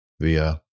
via